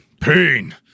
pain